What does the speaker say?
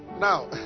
now